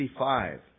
55